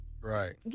Right